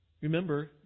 remember